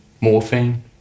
morphine